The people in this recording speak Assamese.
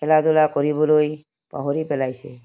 খেলা ধূলা কৰিবলৈ পাহৰি পেলাইছে